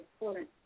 important